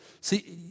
See